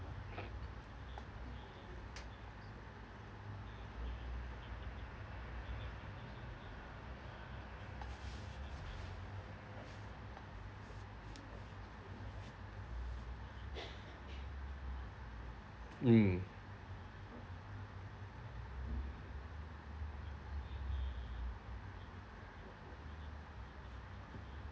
mm